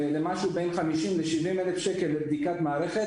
למשהו בין 50,000 ל-70,000 לבדיקת מערכת.